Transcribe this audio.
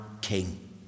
King